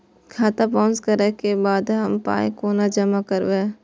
खाता बाउंस करै के बाद हम पाय कोना जमा करबै?